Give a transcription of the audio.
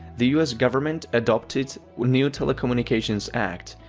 the us government adopted new telecommunications act,